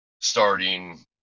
starting